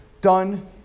done